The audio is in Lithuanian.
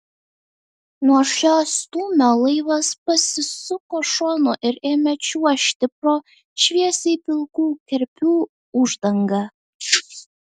nuo šio stūmio laivas pasisuko šonu ir ėmė čiuožti pro šviesiai pilkų kerpių uždangą